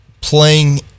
playing